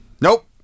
Nope